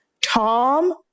Tom